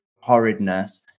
horridness